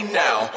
now